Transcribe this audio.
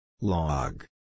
Log